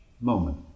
moment